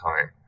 time